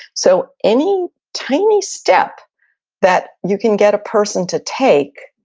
so any tiny step that you can get a person to take,